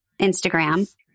Instagram